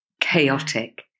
chaotic